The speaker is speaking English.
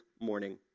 morning